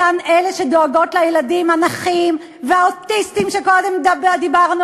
אותן אלה שדואגות לילדים הנכים והאוטיסטים שקודם דיברנו